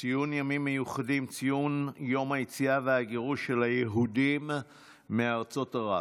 ציון ימים מיוחדים: ציון יום היציאה והגירוש של היהודים מארצות ערב